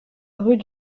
rue